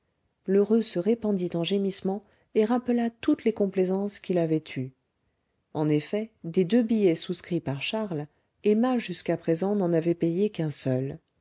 lheureux se répandit en gémissements et rappela toutes les complaisances qu'il avait eues en effet des deux billets souscrits par charles emma jusqu'à présent n'en avait payé qu'un seul